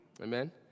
Amen